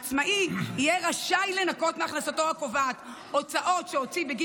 עצמאי יהיה רשאי לנכות מהכנסתו הקובעת הוצאות שהוציא בגין